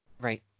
Right